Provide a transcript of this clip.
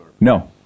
no